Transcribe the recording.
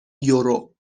یورو